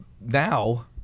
now